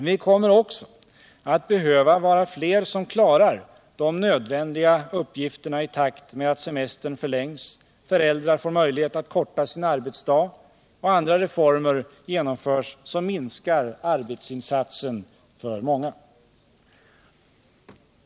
Vi kommer också att behöva vara fler som klarar de nödvändiga uppgifterna i takt med att semestern förlängs, föräldrar får möjlighet att förkorta sin arbetsdag och andra reformer som minskar arbetsinsatsen för många.